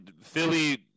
Philly